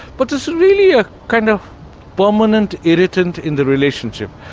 but there's really a kind of permanent irritant in the relationship,